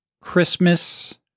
Christmas